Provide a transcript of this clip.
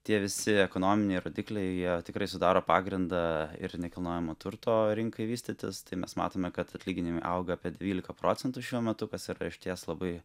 tie visi ekonominiai rodikliai jie tikrai sudaro pagrindą ir nekilnojamo turto rinkai vystytis tai mes matome kad atlyginimai auga apie dvyliką procentų šiuo metu kas yra išties labai